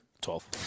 twelve